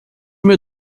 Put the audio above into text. mil